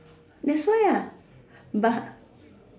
that's why ah but